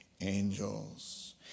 angels